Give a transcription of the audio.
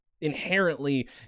inherently